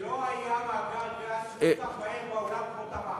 לא היה מאגר גז בעולם שפותח מהר כמו "תמר".